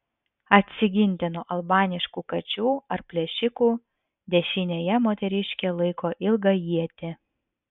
atsiginti nuo albaniškų kačių ar plėšikų dešinėje moteriškė laiko ilgą ietį